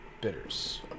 bitters